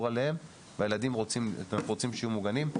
עליהם ואנחנו רוצים שהילדים יהיו מוגנים,